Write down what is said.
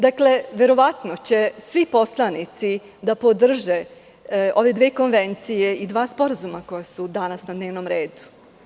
Dakle, verovatno će svi poslanici da podrže ove dve konvencije i dva sporazuma koja su danas na dnevnom redu.